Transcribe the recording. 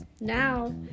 Now